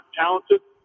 talented